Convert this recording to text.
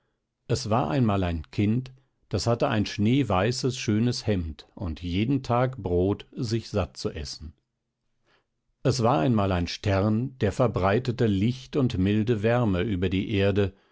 es war einmal ein kind das hatte ein schneeweißes schönes hemd und jeden tag brot sich satt zu essen es war einmal ein stern der verbreitete licht und milde wärme über die erde